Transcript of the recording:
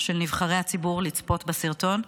של נבחר הציבור לצפות בסרטון.